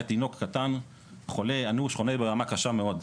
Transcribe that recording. היה תינוק קטן חולה אנוש, חולה ברמה קשה מאוד.